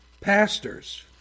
pastors